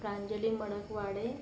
Pranjali Mankawade